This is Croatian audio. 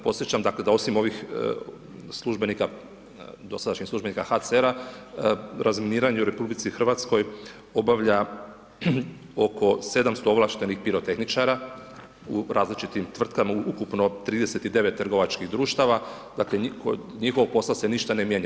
Podsjećam dakle, da osim ovih službenika, dosadašnjih službenika HCR-a razminiranje u RH obavlja oko 700 ovlaštenih pirotehničara u različitim tvrtkama u ukupno 39 trgovačkih društava, dakle, kod njihovog posla se ništa ne mijenja.